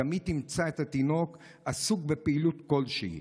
תמיד תמצא את התינוק עסוק בפעילות כלשהי.